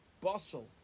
bustle